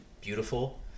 Beautiful